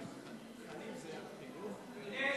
אדוני היושב-ראש,